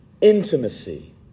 intimacy